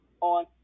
on